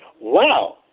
Wow